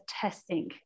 testing